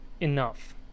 enough